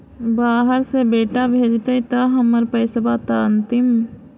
बाहर से बेटा भेजतय त हमर पैसाबा त अंतिम?